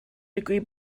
degree